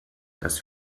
das